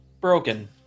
broken